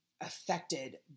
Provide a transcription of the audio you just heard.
affected